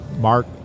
Mark